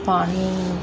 पाणी